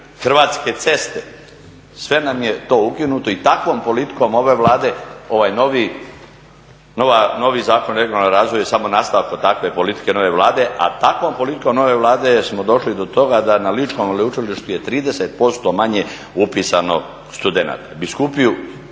Hrvatske ceste, sve nam je to ukinuto i takvom politikom ove Vlade ovaj novi, novi Zakon o regionalnom razvoju je samo nastavak takve politike nove Vlade. A takvom politikom nove Vlade smo došli do toga da na ličkom veleučilištu je 30% manje upisano studenata.